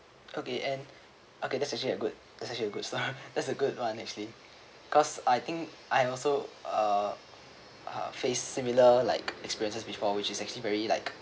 okay and okay that's actually a good that's actually a good start that's a good one actually cause I think I also uh uh face similar like experiences before which is actually very like